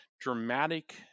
dramatic